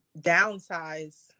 downsize